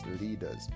leaders